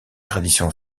tradition